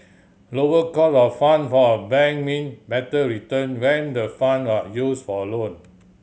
lower cost of fund for a bank mean better return when the fund are used for loan